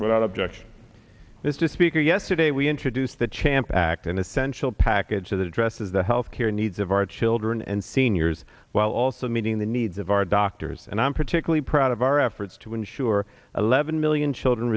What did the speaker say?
without objection this is speaker yesterday we introduced the champ act an essential package that addresses the health care needs of our children and seniors while also meeting the needs of our doctors and i'm particularly proud of our efforts to ensure eleven million children